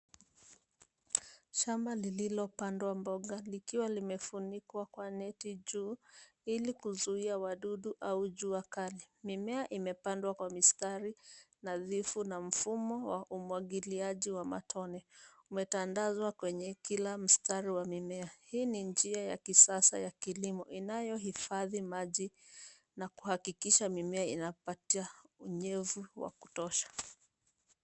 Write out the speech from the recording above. Shamba lililopandwa mboga likiwa limefunikwa kwa neti juu ili kuzuia wadudu au jua kali. Mimea imepandwa kwa mistari nadhifu na mfumo wa umwagiliaji wa matone umetandazwa kwenye kila mstari wa mimea. Hii ni njia ya kisasa ya kilimo inayohifadhi maji na kuhakikisha mimea inapata unyevu wa kutosha.